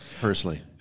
personally